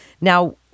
Now